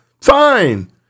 Fine